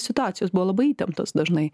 situacijos buvo labai įtemptos dažnai